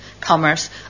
commerce